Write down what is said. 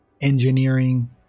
engineering